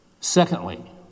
Secondly